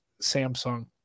Samsung